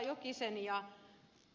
jokisen ja ed